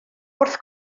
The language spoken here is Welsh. wrth